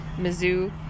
Mizzou